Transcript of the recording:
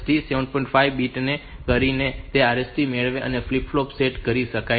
5 bit set કરીને તે RST મેળવીને આ ફ્લિપ ફ્લોપ સેટ કરી શકાય છે